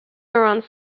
around